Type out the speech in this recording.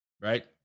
Right